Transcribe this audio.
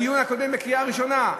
בדיון הקודם בקריאה ראשונה.